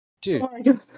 Dude